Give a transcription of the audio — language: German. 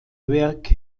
werk